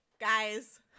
guys